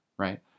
right